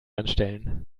anstellen